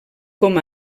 com